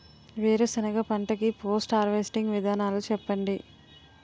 వేరుసెనగ పంట కి పోస్ట్ హార్వెస్టింగ్ విధానాలు చెప్పండీ?